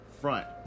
front